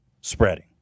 spreading